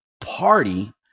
Party